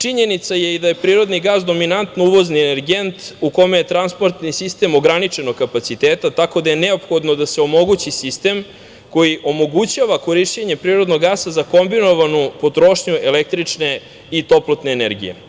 Činjenica je i da je prirodni gas dominantno uvozni energent u kome je transportni sistem ograničenog kapaciteta, tako da je neophodno da se omogući sistem koji omogućava korišćenje prirodnog gasa za kombinovanu potrošnju električne i toplotne energije.